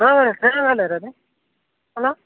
hello